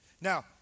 Now